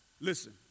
Listen